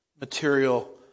material